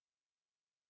hello